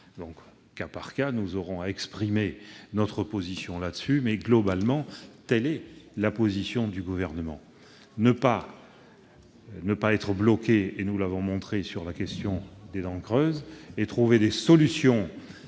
sénatoriale. Nous aurons donc à exprimer notre position au cas par cas, mais globalement, telle est la position du Gouvernement : ne pas être bloqué, et nous l'avons montré, sur la question des dents creuses et trouver des solutions